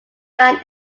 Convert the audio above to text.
man